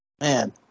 Man